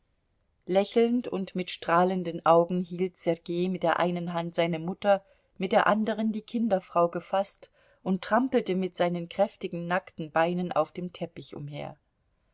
lächelnd und mit strahlenden augen hielt sergei mit der einen hand seine mutter mit der anderen die kinderfrau gefaßt und trampelte mit seinen kräftigen nackten beinen auf dem teppich umher